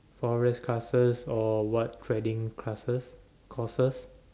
Forex classes or what trading classes courses